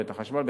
ואת החשמל,